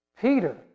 Peter